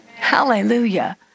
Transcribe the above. Hallelujah